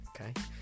Okay